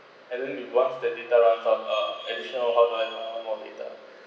and then you go up steady top up some uh additional mobile uh mobile data